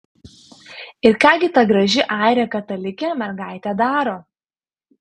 ir ką gi ta graži airė katalikė mergaitė daro